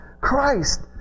Christ